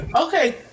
okay